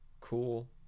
cool